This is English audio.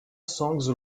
songs